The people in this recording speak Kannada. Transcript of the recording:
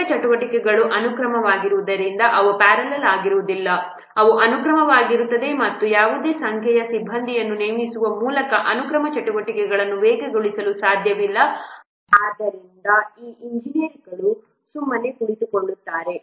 ಅನೇಕ ಚಟುವಟಿಕೆಗಳು ಅನುಕ್ರಮವಾಗಿರುವುದರಿಂದ ಅವು ಪ್ಯಾರಲಲ್ ಆಗಿರುವುದಿಲ್ಲ ಅವು ಅನುಕ್ರಮವಾಗಿರುತ್ತವೆ ಮತ್ತು ಯಾವುದೇ ಸಂಖ್ಯೆಯ ಸಿಬ್ಬಂದಿಯನ್ನು ನೇಮಿಸುವ ಮೂಲಕ ಅನುಕ್ರಮ ಚಟುವಟಿಕೆಗಳನ್ನು ವೇಗಗೊಳಿಸಲು ಸಾಧ್ಯವಿಲ್ಲ ಆದ್ದರಿಂದ ಈ ಎಂಜಿನಿಯರ್ಗಳು ಸುಮ್ಮನೆ ಕುಳಿತುಕೊಳ್ಳುತ್ತಾರೆ